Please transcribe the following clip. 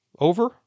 over